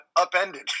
upended